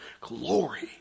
glory